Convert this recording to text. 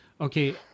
Okay